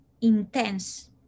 intense